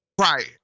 Right